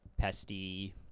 pesty